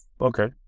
Okay